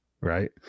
Right